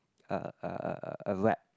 a a a a a wrap